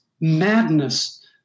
madness